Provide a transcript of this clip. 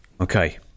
Okay